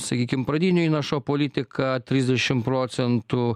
sakykim pradinio įnašo politiką trisdešim procentų